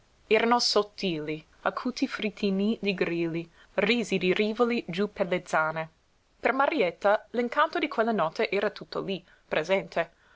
erano sottili acuti fritinníi di grilli risi di rivoli giú per le zane per marietta l'incanto di quella notte era tutto lí presente